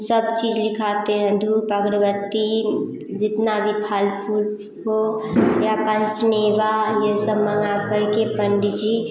सब चीज़ लिखाते हैं धूप अगरबत्ती जितना भी फल फूल हो या पंचमेवा ये सब मँगाकर के पंडित जी